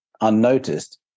unnoticed